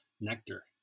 nectar